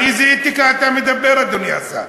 על איזו אתיקה אתה מדבר, אדוני השר?